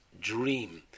dream